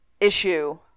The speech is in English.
issue